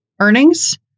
earnings